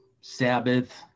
Sabbath